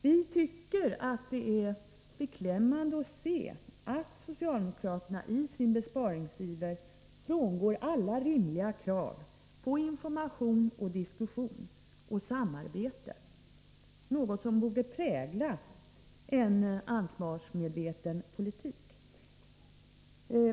Vi tycker att det är beklämmande att se att socialdemokraterna i sin besparingsiver frångår alla rimliga krav på information, diskussion och samarbete, något som borde prägla en ansvarsmedveten politik.